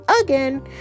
again